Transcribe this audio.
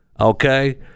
okay